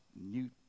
new